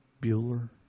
Bueller